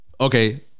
Okay